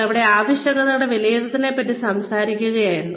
ഞങ്ങൾ ഇന്നലെ ആവശ്യകതകളുടെ വിലയിരുത്തലിനെപ്പറ്റി സംസാരിക്കുകയായിരുന്നു